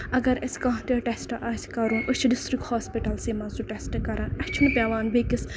اَگر أسۍ کانہہ تہِ ٹیسٹ آسہِ کرُن أسۍ چھِ ڈِسٹرک ہوسپِٹلسے منٛز سُہ ٹیسٹ کران اَسہِ چھُنہٕ پیوان بیٚیہِ کِس